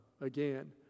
again